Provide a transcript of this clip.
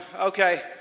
okay